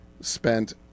spent